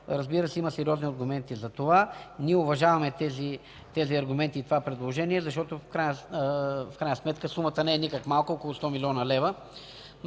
Разбира се, има сериозни аргументи за това. Ние уважаваме тези аргументи и това предложение, защото в крайна сметка сумата не е никак малка – около 100 млн. лв.